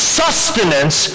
sustenance